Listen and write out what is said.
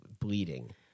bleeding